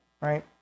Right